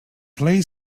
play